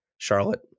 Charlotte